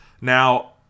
Now